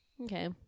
Okay